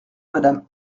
madame